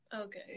okay